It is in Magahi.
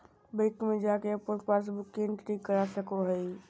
बैंक में जाके अपन पासबुक के एंट्री करा सको हइ